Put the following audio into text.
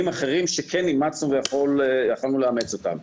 אחרים שכן אימצנו ויכולנו לאמץ אותם.